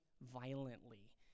violently